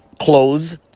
clothes